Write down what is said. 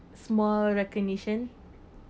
small recognition